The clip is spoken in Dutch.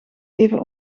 even